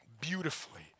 beautifully